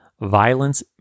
violence